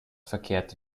verkehrte